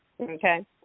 okay